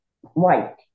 White